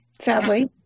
sadly